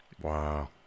Wow